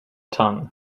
tongue